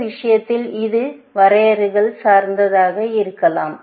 இந்த விஷயத்தில் இது வரையறைகள் சார்ந்ததாக இருக்கலாம்